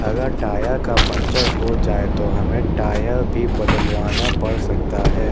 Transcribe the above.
اگر ٹائر کا پنکچر ہو جائے تو ہمیں ٹائر بھی بدلوانا پڑ سکتا ہے